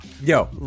Yo